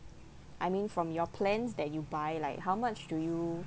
I mean from your plans that you buy like how much do you